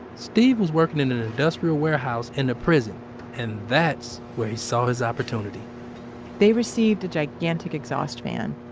steve was working in an industrial warehouse in the prison and that's where he saw his opportunity they received a gigantic exhaust fan,